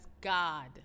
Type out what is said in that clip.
God